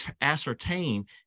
ascertain